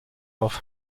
off